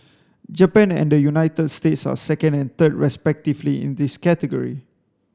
Japan and the United States are second and third respectively in this category